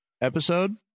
episode